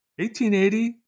1880